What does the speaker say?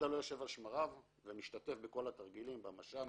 מד"א לא שוקט על שמריו אלא משתתף בכל התרגילים: במש"מים,